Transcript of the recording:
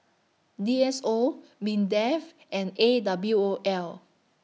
D S O Mindef and A W O L